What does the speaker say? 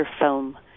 film